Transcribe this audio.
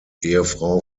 ehefrau